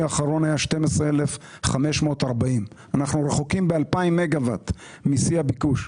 האחרון היה 12,540. אנחנו רחוקים ב-2,000 מגה-ואט משיא הביקוש,